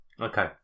Okay